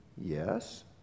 yes